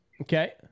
Okay